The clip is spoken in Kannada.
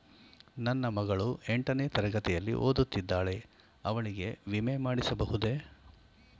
ನನ್ನ ಮಗಳು ಎಂಟನೇ ತರಗತಿಯಲ್ಲಿ ಓದುತ್ತಿದ್ದಾಳೆ ಅವಳಿಗೆ ವಿಮೆ ಮಾಡಿಸಬಹುದೇ?